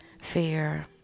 fear